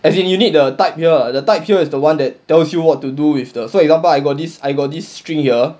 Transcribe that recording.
as in you need the type here ah the type here is the [one] that tells you what to do with the so example I got this I got this string here